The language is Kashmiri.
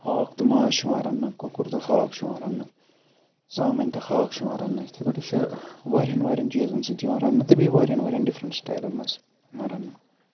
ہاکھ تہٕ ماز چھُ یِوان رَننہٕ کۄکُر تہٕ ہاک چھُ یِوان رَننہٕ ژامَنٕۍ تہٕ ہاک چھُ یِوان رَننہٕ یِتھے پٲٹھۍ یہِ چھِ واریاہَن واریاہَن چیٖزَن سۭتۍ یِوان رَننہٕ تہٕ بیٚیہِ واریاہَن واریاہَن ڈِفرَنٛٹ سِٹایلَن منٛز یِوان رَننہٕ